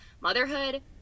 motherhood